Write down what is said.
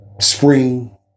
spring